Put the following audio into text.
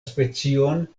specion